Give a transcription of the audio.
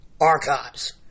Archives